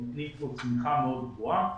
צמיחה מאוד גבוהה,